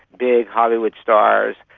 big hollywood stars.